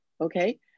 okay